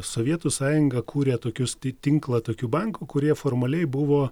sovietų sąjunga kūrė tokius ti tinklą tokių bankų kurie formaliai buvo